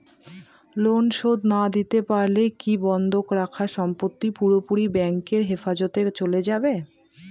Loan শোধ না দিতে পারলে কি বন্ধক রাখা সম্পত্তি পুরোপুরি ব্যাংকের হেফাজতে চলে যাবে?